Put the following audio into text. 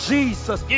Jesus